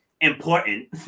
important